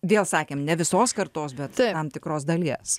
vėl sakėm ne visos kartos bet tam tikros dalies